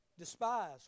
despise